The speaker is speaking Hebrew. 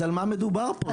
אז על מה מדובר פה?